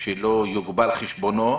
לא יוגבל חשבונו.